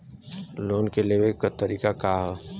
Loan के लेवे क तरीका का ह?